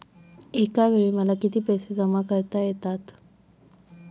एकावेळी मला किती पैसे जमा करता येतात?